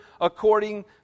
according